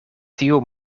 tiu